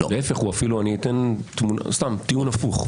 להיפך, אפילו אני אתן טיעון הפוך.